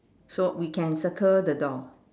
so we can circle the door